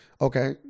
Okay